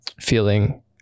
feeling